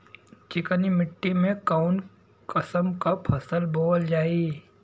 चिकनी मिट्टी में कऊन कसमक फसल बोवल जाई?